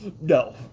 No